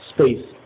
space